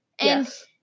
Yes